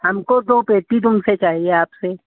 हमको दो पेटी तुमसे चाहिए आपसे